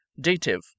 Dative